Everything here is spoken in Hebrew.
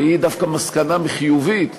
והיא דווקא מסקנה חיובית,